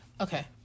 okay